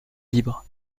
libre